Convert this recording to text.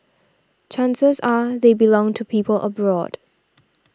chances are they belong to people abroad